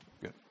Good